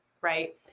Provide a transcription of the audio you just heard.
Right